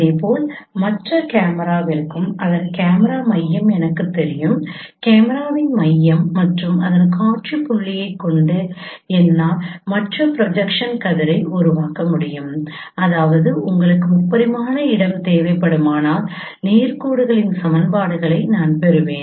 இதேபோல் மற்ற கேமராவிற்கும் அதன் கேமரா மையம் எனக்குத் தெரியும் கேமராவின் மையம் மற்றும் அதன் காட்சி புள்ளியைக் கொண்டு என்னால் மற்ற ப்ரொஜெக்ஷன் கதிரை உருவாக்க முடியும் அதாவது உங்களுக்கு முப்பரிமாண இடம் தேவைப்படுமானால் நேர் கோடுகளின் சமன்பாடுகளை நான் பெறுவேன்